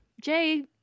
Jay